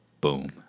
Boom